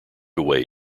away